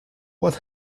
what